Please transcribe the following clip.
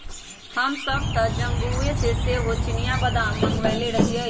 हमसभ तऽ जम्मूओ से सेहो चिनियाँ बेदाम मँगवएले रहीयइ